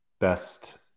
best